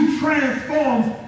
transforms